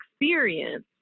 experience